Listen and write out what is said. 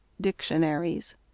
dictionaries